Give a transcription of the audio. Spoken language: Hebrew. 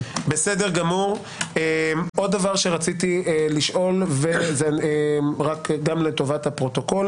אני רוצה לשאול וגם לטובת הפרוטוקול